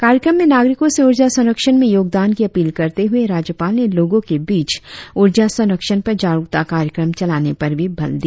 कार्यक्रम में नागरिकों से उर्जा संरक्षण में योगदान की अपील करते हुए राज्यपाल ने लोगों के बीच उर्जा संरक्षण पर जागरुकता कार्यक्रम चलाने पर भी बल दिया